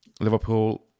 Liverpool